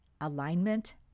alignment